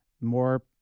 more